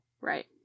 Right